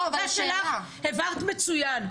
את הנקודה שלך הבהרת מצוין.